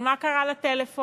אבל מה קרה לטלפון?